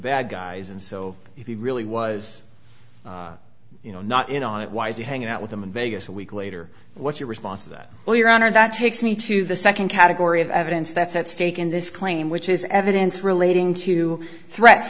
bad guys and so if you really was you know not in on it why you hang out with them in vegas a week later what's your response to that or your honor that takes me to the second category of evidence that's at stake in this claim which is evidence relating to threats